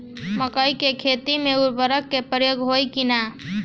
मकई के खेती में उर्वरक के प्रयोग होई की ना?